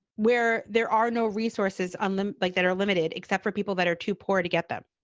where there are no resources on them like that are limited except for people that are too poor to get them.